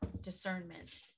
discernment